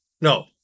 No